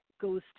goes